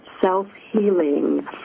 self-healing